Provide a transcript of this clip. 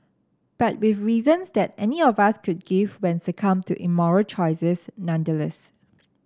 but with reasons that any of us could give when succumbed to immoral choices nonetheless